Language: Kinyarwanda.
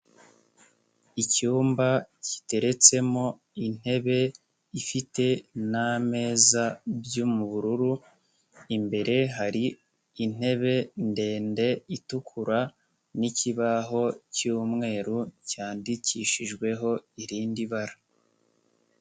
Icyumba giteretsemo intebe ifite n'ameza byo mu bururu, imbere hari intebe ndende itukura n'ikibaho cy'umweru cyandikishijweho irindi bara.